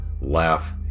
laugh